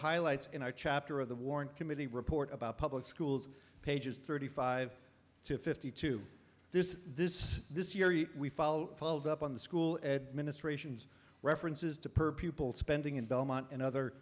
highlights in our chapter of the warrant committee report about public schools pages thirty five to fifty two this is this this year we follow up on the school administrations references to per pupil spending in belmont and other